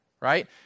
Right